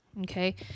Okay